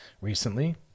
Recently